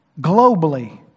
globally